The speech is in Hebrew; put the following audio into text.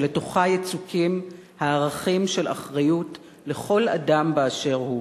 שלתוכה יצוקים הערכים של אחריות לכל אדם באשר הוא,